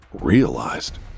realized